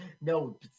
no